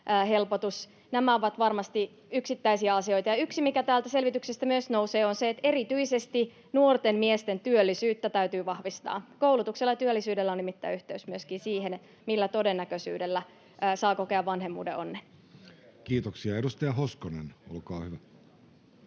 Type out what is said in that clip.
Nämä ovat varmasti yksittäisiä asioita, ja yksi, mikä täältä selvityksestä myös nousee, on se, että erityisesti nuorten miesten työllisyyttä täytyy vahvistaa. Koulutuksella ja työllisyydellä on nimittäin yhteys myöskin siihen, millä todennäköisyydellä saa kokea vanhemmuuden onnen. [Speech 64] Speaker: Jussi